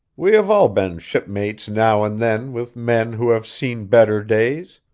we have all been shipmates now and then with men who have seen better days.